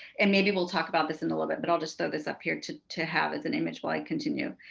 and maybe we'll talk about this in a little bit, but i'll just throw this up here to to have as an image while i continue.